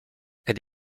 elle